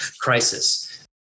crisis